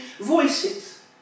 voices